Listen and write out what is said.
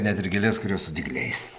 net ir gėlės kurios su dygliais